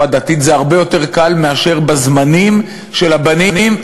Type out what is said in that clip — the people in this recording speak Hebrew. דתית לשרת בצה"ל מאשר בזמנים של הבנים,